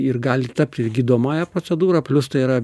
ir gali tapti ir gydomąja procedūra plius tai yra